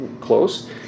close